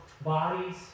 bodies